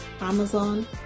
amazon